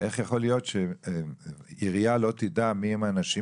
איך יכול להיות שעירייה לא תדע מי הם האנשים